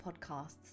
Podcasts